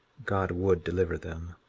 god would deliver them.